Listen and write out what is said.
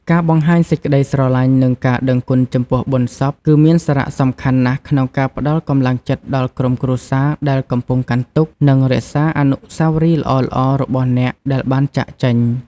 ការបង្ហាញសេចក្ដីស្រឡាញ់ និងការដឹងគុណចំពោះបុណ្យសព គឺមានសារៈសំខាន់ណាស់ក្នុងការផ្តល់កម្លាំងចិត្តដល់ក្រុមគ្រួសារដែលកំពុងកាន់ទុក្ខ និងរក្សាអនុស្សាវរីយ៍ល្អៗរបស់អ្នកដែលបានចាកចេញ។